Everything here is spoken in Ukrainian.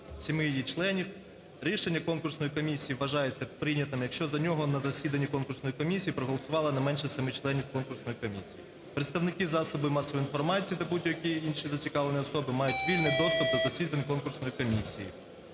7 її членів. Рішення Конкурсної комісії вважається прийнятим, якщо за нього на засіданні Конкурсної комісії проголосувало не менше 7 членів Конкурсної комісії. Представники засобів масової інформації та будь-які інші зацікавлені особи мають вільний доступ до засідань Конкурсної комісії.